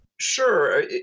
Sure